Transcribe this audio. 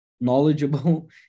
knowledgeable